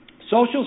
Social